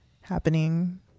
happening